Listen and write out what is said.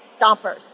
stompers